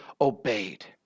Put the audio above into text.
obeyed